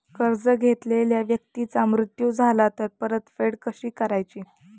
कर्ज घेतलेल्या व्यक्तीचा मृत्यू झाला तर परतफेड कशी करायची?